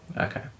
Okay